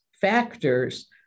factors